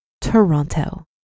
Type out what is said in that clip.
Toronto